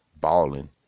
balling